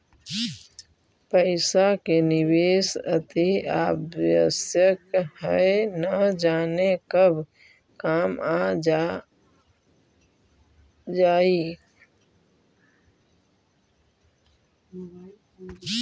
पइसा के निवेश अतिआवश्यक हइ, न जाने कब काम आ जाइ